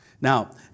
Now